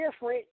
different